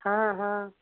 हाँ हाँ